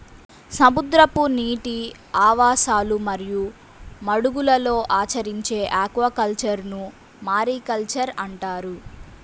సముద్రపు నీటి ఆవాసాలు మరియు మడుగులలో ఆచరించే ఆక్వాకల్చర్ను మారికల్చర్ అంటారు